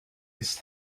ist